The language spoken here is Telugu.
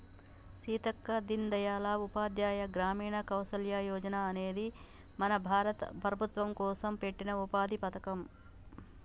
సీతక్క దీన్ దయాల్ ఉపాధ్యాయ గ్రామీణ కౌసల్య యోజన అనేది మన భారత ప్రభుత్వం కోసం పెట్టిన ఉపాధి పథకం